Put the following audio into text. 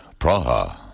Praha